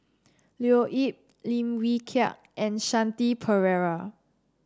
Leo Yip Lim Wee Kiak and Shanti Pereira